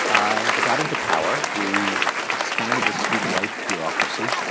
got into power. we expanded the student life bureaucracy,